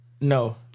No